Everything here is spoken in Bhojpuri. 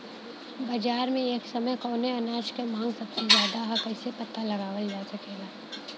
बाजार में एक समय कवने अनाज क मांग सबसे ज्यादा ह कइसे पता लगावल जा सकेला?